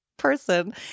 person